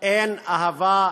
אין אהבה,